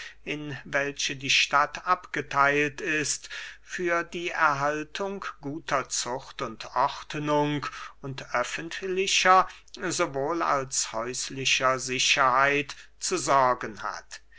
in welche die stadt abgetheilt ist für die erhaltung guter zucht und ordnung und öffentlicher sowohl als häuslicher sicherheit zu sorgen hat